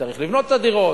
צריך לבנות את הדירות,